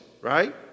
right